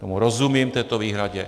Tomu rozumím, této výhradě.